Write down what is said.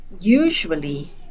usually